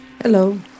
Hello